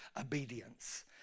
obedience